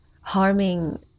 harming